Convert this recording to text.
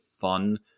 fun